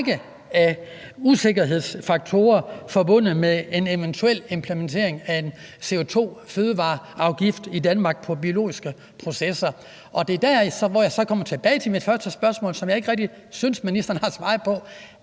usikkerhedsfaktorer forbundet med en eventuel implementering af en CO2-fødevareafgift i Danmark på biologiske processer. Det er der, hvor jeg så kommer tilbage til mit første spørgsmål, som jeg ikke rigtig synes ministeren har svaret på: